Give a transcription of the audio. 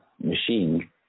machine